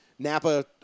Napa